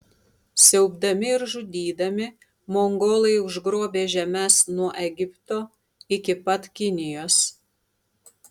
siaubdami ir žudydami mongolai užgrobė žemes nuo egipto iki pat kinijos